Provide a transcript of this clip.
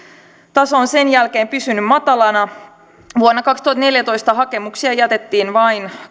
taso on sen jälkeen pysynyt matalana vuonna kaksituhattaneljätoista hakemuksia jätettiin vain